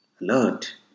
alert